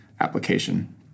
application